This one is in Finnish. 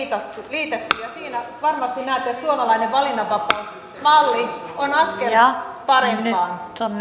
liitetty ja siinä varmasti näette että suomalainen valinnanvapausmalli on askel parempaan